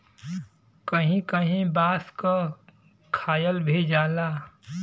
कहीं कहीं बांस क खायल भी जाला